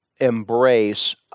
embrace